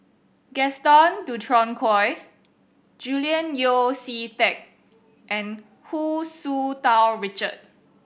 Gaston Dutronquoy Julian Yeo See Teck and Hu Tsu Tau Richard